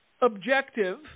objective